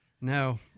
No